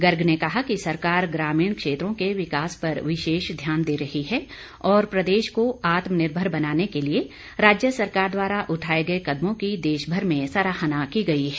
गर्ग ने कहा कि सरकार ग्रामीण क्षेत्रों के विकास पर विशेष ध्यान दे रही है और प्रदेश को आत्मनिर्भर बनाने के लिए राज्य सरकार द्वारा उठाए गए कदमों की देशभर में सराहना की गई है